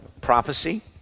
prophecy